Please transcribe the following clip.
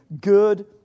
good